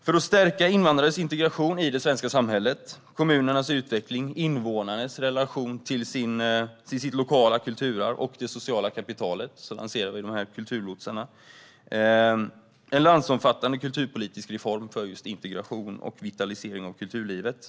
För att stärka invandrares integration i det svenska samhället, kommunernas utveckling, invånarnas relation till sitt lokala kulturarv och det sociala kapitalet lanserar vi kulturlotsarna. Det är en landsomfattande kulturpolitisk reform för integration och vitalisering av kulturlivet.